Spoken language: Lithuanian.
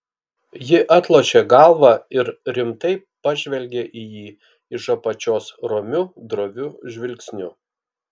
ji atlošė galvą ir rimtai pažvelgė į jį iš apačios romiu droviu žvilgsniu